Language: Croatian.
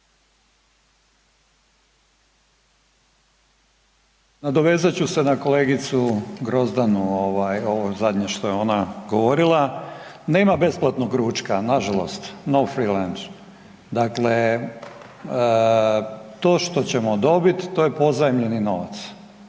Nadovezat ću se na kolegicu Grozdanu što je zadnje govorila, nema besplatnog ručka, nažalost, no free lunch. Dakle, to što ćemo dobiti to je pozajmljeni novac